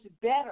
better